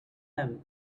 him